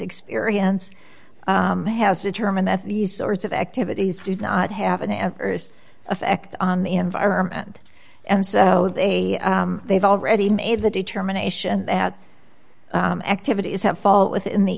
experience has determined that these sorts of activities did not have an adverse effect on the environment and so they they've already made the determination that activities have fall within the